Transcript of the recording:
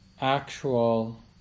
actual